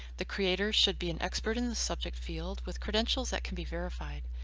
the creator should be an expert in the subject field with credentials that can be verified.